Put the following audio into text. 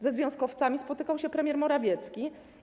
Ze związkowcami spotykał się premier Morawiecki.